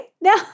no